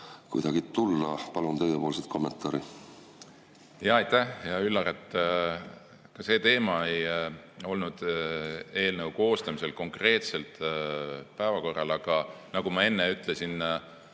kuidagi tulla. Palun teie kommentaari. Aitäh, hea Üllar! Ka see teema ei olnud eelnõu koostamisel konkreetselt päevakorral, aga nagu ma enne ütlesin